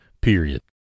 period